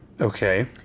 Okay